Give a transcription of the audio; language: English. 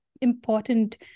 important